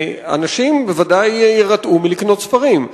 ואנשים ודאי יירתעו מלקנות ספרים.